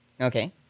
Okay